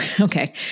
okay